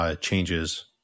Changes